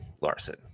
Larson